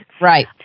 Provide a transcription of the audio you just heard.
Right